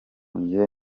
njye